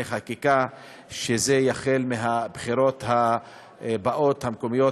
חקיקה שזה יחול מהבחירות הבאות המקומיות,